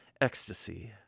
Ecstasy